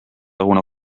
alguna